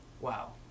Wow